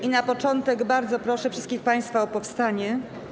I na początek bardzo proszę wszystkich państwa o powstanie.